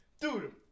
Dude